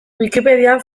wikipedian